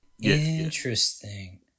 Interesting